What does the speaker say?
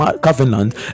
covenant